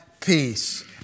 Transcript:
peace